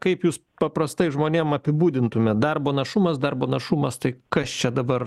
kaip jūs paprastai žmonėm apibūdintumėt darbo našumas darbo našumas tai kas čia dabar